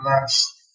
last